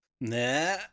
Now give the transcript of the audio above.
nah